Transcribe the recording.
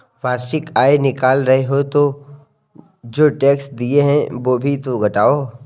वार्षिक आय निकाल रहे हो तो जो टैक्स दिए हैं वो भी तो घटाओ